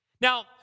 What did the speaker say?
Now